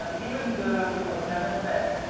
um even though it was never said,